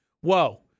Whoa